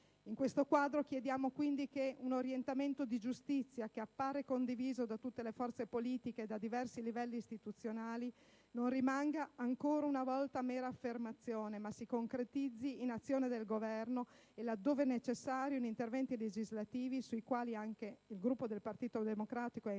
In questo quadro chiediamo quindi che un orientamento di giustizia, che appare condiviso da tutte le forze politiche e da diversi livelli istituzionali, non rimanga ancora una volta mera affermazione, ma si concretizzi in azioni del Governo e, laddove necessario, in interventi legislativi - sui quali anche il Gruppo del Partito Democratico è